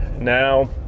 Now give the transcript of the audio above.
now